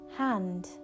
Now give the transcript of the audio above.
hand